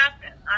happen